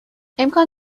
امکان